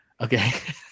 Okay